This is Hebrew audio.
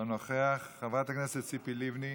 אינו נוכח, חברת הכנסת ציפי לבני,